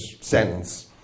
sentence